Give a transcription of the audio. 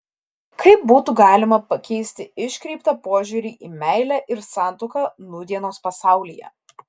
kaip būtų galima pakeisti iškreiptą požiūrį į meilę ir santuoką nūdienos pasaulyje